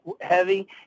heavy